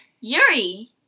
Yuri